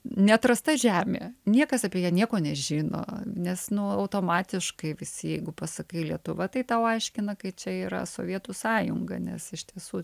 neatrasta žemė niekas apie ją nieko nežino nes nu automatiškai visi jeigu pasakai lietuva tai tau aiškina kai čia yra sovietų sąjunga nes iš tiesų